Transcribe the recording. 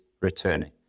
returning